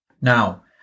Now